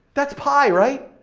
that's pi, right?